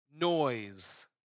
Noise